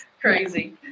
crazy